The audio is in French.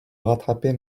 rattraper